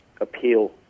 appeal